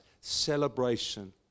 celebration